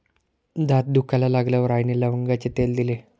दात दुखायला लागल्यावर आईने लवंगाचे तेल दिले